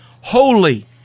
holy